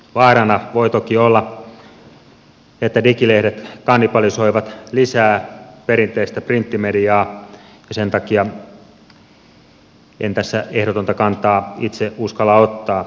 vaarana voi toki olla että digilehdet kannibalisoivat lisää perinteistä printtimediaa ja sen takia en tässä ehdotonta kantaa itse uskalla ottaa